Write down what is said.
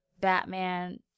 Batman